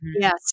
yes